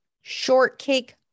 shortcake